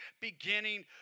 beginning